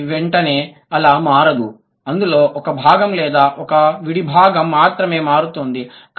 SOV వెంటనే అలా మారదు అందులో ఒక భాగం లేదా ఒక విడిభాగం మాత్రమే మారుతోంది